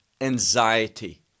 anxiety